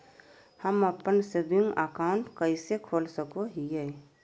हम अप्पन saving account कइसे खोल सको हियै?